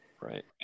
right